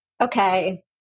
okay